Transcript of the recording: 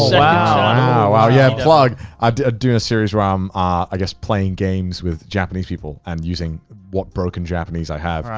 wow wow. yeah, plug! i'm doing a series where i'm, um i guess, playing games with japanese people and using what broken japanese i have.